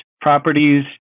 properties